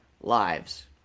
lives